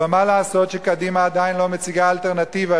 אבל מה לעשות שקדימה עדיין לא מציגה אלטרנטיבה